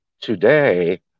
today